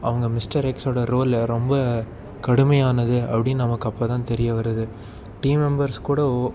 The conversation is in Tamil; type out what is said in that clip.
அவங்க மிஸ்டர் எக்ஸோடய ரோலு ரொம்ப கடுமையானது அப்படின்னு நமக்கு அப்போ தான் தெரிய வருது டீம் மெம்பர்ஸ் கூட ஒ